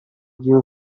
used